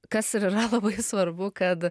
kas ir yra labai svarbu kad